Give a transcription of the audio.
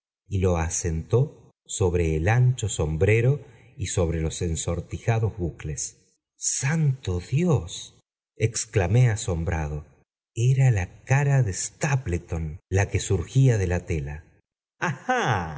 y lo asentó sobre el ancho sombrero y sobre los ensortijados bucles j santo dios exclamé asombrado era la cara de staple ton la que surgía de la tela